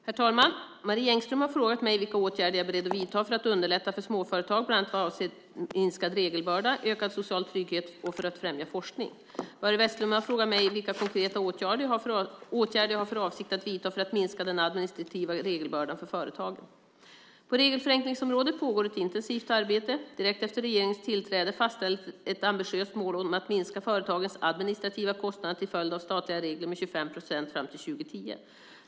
Herr talman! Marie Engström har frågat mig vilka åtgärder jag är beredd att vidta för att underlätta för småföretag bland annat vad avser minskad regelbörda och ökad social trygghet samt för att främja forskning. Börje Vestlund har frågat mig vilka konkreta åtgärder jag har för avsikt att vidta för att minska den administrativa regelbördan för företagen. På regelförenklingsområdet pågår ett intensivt arbete. Direkt efter regeringens tillträde fastställdes ett ambitiöst mål om att minska företagens administrativa kostnader till följd av statliga regler med 25 procent till 2010.